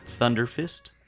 Thunderfist